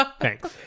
Thanks